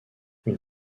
une